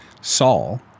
Saul